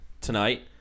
tonight